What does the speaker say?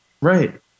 right